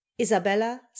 isabella